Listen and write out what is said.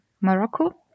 Morocco